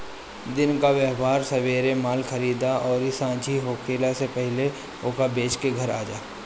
दिन कअ व्यापार में सबेरे माल खरीदअ अउरी सांझी होखला से पहिले ओके बेच के घरे आजा